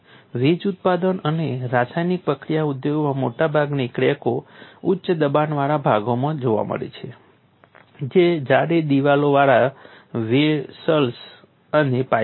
વીજ ઉત્પાદન અને રાસાયણિક પ્રક્રિયા ઉદ્યોગોમાં મોટાભાગની ક્રેકો ઉચ્ચ દબાણવાળા ભાગોમાં જોવા મળે છે જે જાડી દિવાલોવાળા વેસલ્સ અને પાઇપ હોય છે